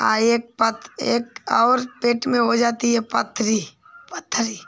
और एक पात एक और पेट में हो जाती है पथरी पथरी